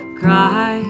cry